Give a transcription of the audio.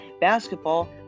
Basketball